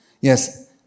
Yes